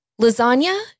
Lasagna